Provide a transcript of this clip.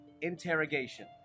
interrogation